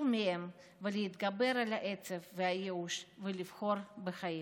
מהם להתגבר על העצב והייאוש ולבחור בחיים.